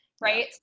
Right